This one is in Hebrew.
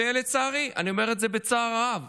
ואני אומר בצער רב